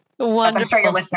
wonderful